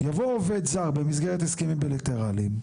יבוא עובד זר, במסגרת הסכמים בילטרליים,